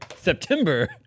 September